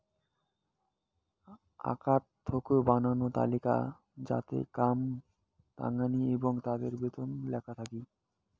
আকটা থোক বানানো তালিকা যাতে কাম তাঙনি এবং তাদের বেতন লেখা থাকি